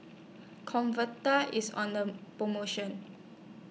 Convatec IS on The promotion